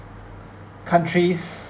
countries